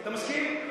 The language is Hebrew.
אתה מסכים?